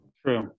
True